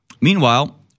Meanwhile